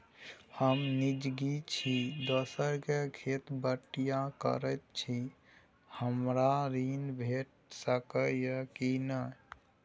हम निजगही छी, दोसर के खेत बटईया करैत छी, हमरा ऋण भेट सकै ये कि नय?